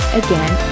again